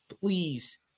Please